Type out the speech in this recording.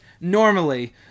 normally